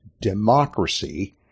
democracy